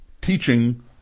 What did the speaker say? teaching